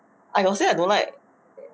I got say I don't like